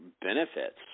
benefits